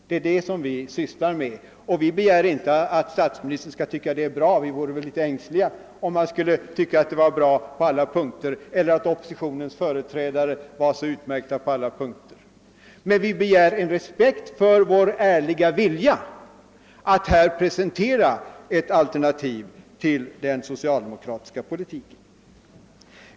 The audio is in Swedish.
Vi begär inte att statsministern skall anse att detta alternativ är bra — vi skulle väl vara litet ängsliga, om han tyckte att det vore bra eller att oppositionens företrädare vore utmärkta på alla punkter. Däremot begär vi respekt för vår ärliga vilja att presentera ett alternativ till den socialdemokratiska politiken.